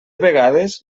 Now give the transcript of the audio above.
vegades